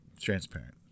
transparent